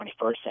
21st